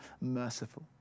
merciful